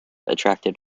attracted